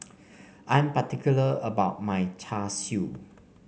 I'm particular about my Char Siu